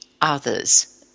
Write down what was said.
others